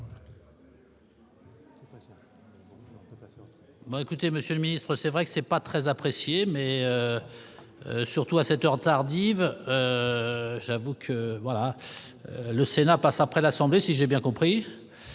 Ben écoutez, monsieur le ministre, c'est vrai que c'est pas très apprécié, mais surtout à cette heure tardive, j'avoue que, voilà le Sénat passe après l'Assemblée, si j'ai bien compris